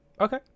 Okay